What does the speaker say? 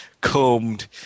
combed